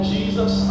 Jesus